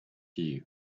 you